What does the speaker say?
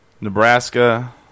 Nebraska